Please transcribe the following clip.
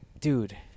dude